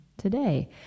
today